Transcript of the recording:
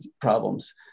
problems